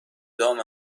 دام